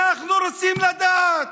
אנחנו רוצים לדעת.